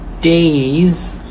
days